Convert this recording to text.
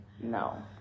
No